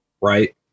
Right